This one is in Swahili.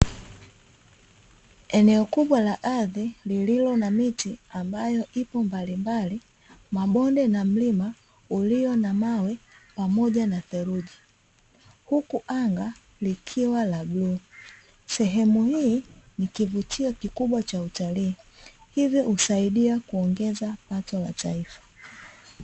Eneo kubwa la ardhi lililo na miti ambayo ipo mbalimbali, mabonde na mlima ulio na mawe pamoja na theluji, huku anga likiwa la bluu. Sehemu hii ni kivutio kikubwa cha utalii hivyo husaidia kuongeza pato la taifa.